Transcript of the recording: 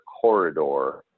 corridor